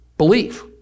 belief